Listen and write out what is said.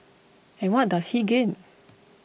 and what does he gain